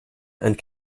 and